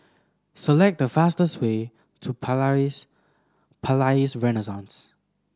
select the fastest way to Palais Renaissance